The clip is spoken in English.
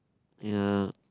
ya